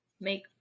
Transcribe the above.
make